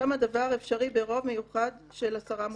שם הדבר אפשרי ברוב מיוחד של עשרה מושבעים.